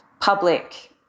public